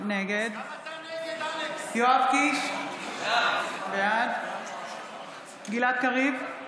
נגד יואב קיש, בעד גלעד קריב,